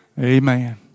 Amen